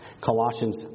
Colossians